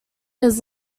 his